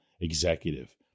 Executive